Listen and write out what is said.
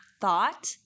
thought